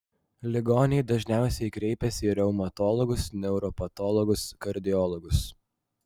ligoniai dažniausiai kreipiasi į reumatologus neuropatologus kardiologus